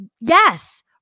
yes